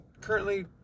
currently